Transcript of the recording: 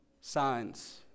signs